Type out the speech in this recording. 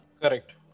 Correct